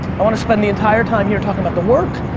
i want to spend the entire time here talking about the work,